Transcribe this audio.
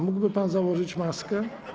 Mógłby pan założyć maskę?